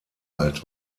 alt